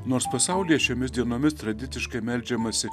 nors pasaulyje šiomis dienomis tradiciškai meldžiamasi